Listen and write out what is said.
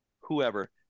whoever